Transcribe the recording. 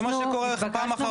זה מה שקורה פעם אחר פעם.